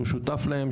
שהוא שותף להם,